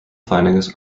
findings